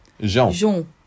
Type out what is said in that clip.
Jean